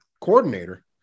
coordinator